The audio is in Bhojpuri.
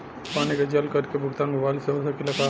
पानी के जल कर के भुगतान मोबाइल से हो सकेला का?